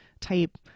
type